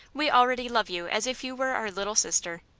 we already love you as if you were our little sister.